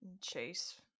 Chase